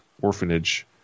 Orphanage